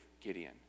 Gideon